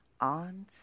on